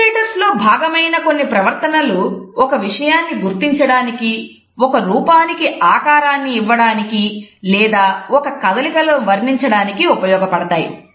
illustrators లో భాగమైన కొన్ని ప్రవర్తనలు ఒక విషయాన్ని గుర్తించడానికి ఒక రూపానికి ఆకారాన్ని ఇవ్వడానికి లేదా ఒక కదలికను వర్ణించడానికి ఉపయోగపడతాయి